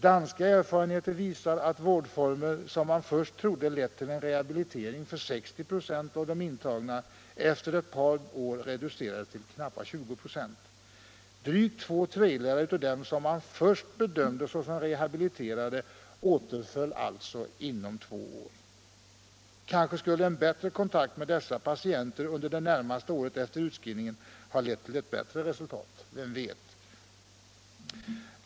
Vid undersökningar i Danmark har vad man först trodde vara en rehabilitering för 60 96 av de intagna i en viss vårdform efter ett par år reducerats till en rehabilitering för knappa 20 96. Drygt två tredjedelar av dem som man först bedömde som rehabiliterade återföll alltså inom två år. Kanske skulle en bättre kontakt med dessa patienter under det närmaste året efter utskrivningen ha lett till ett bättre resultat — vem vet?